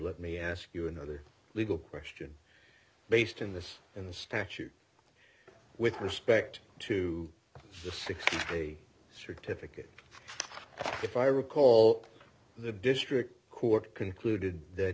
let me ask you another legal question based in this in the statute with respect to the sixty certificate if i recall the district court concluded that